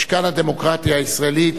משכן הדמוקרטיה הישראלית.